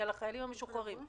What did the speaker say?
לגבי החיילים המשוחררים,